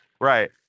right